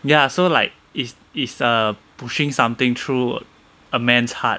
ya so like is is err pushing something through a man's heart